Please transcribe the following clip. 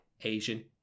Asian